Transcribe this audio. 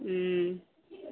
ம்